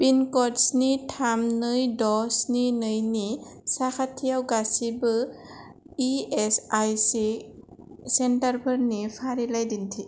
पिनकड स्नि थाम नै ड' स्नि नैनि साखाथियाव गासिबो इएसआइसि सेन्टारफोरनि फारिलाइ दिन्थि